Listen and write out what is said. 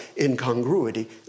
incongruity